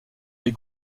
les